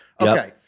Okay